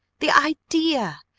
the idea!